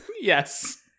Yes